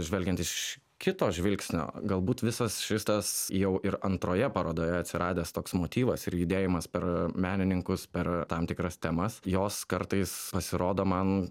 žvelgiant iš kito žvilgsnio galbūt visas šitas jau ir antroje parodoje atsiradęs toks motyvas ir judėjimas per menininkus per tam tikras temas jos kartais pasirodo man